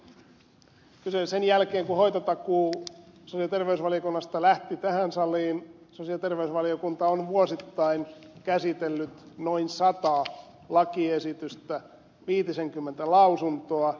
toisekseen sen jälkeen kun hoitotakuu sosiaali ja terveysvaliokunnasta lähti tähän saliin sosiaali ja terveysvaliokunta on vuosittain käsitellyt noin sata lakiesitystä viitisenkymmentä lausuntoa